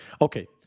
Okay